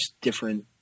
different